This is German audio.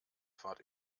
fahrt